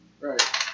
Right